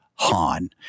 Han